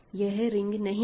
यह रिंग नहीं है